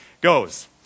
goes